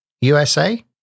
USA